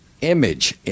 image